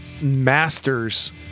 masters